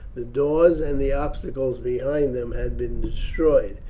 the doors and the obstacles behind them had been destroyed.